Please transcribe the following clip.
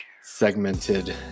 segmented